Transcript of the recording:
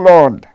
Lord